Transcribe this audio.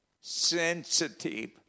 sensitive